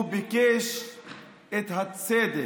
הוא ביקש את הצדק,